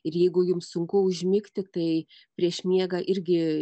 ir jeigu jums sunku užmigti tai prieš miegą irgi